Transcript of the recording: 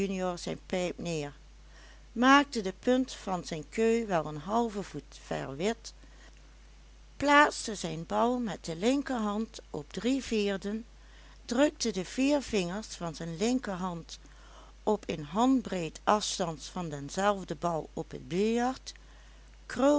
neer maakte de punt van zijn keu wel een halven voet ver wit plaatste zijn bal met de linkerhand op drie vierden drukte de vier vingers van zijn linkerhand op een handbreed afstands van denzelven bal op